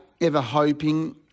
ever-hoping